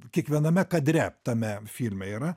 kiekviename kadre tame filme yra